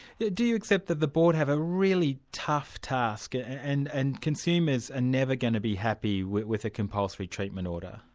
yeah do you accept that the board have a really tough task and and and consumers are never going to be happy with with a compulsory treatment order?